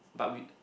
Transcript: but we